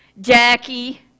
Jackie